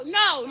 no